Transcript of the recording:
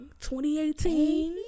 2018